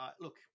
look